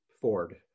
Ford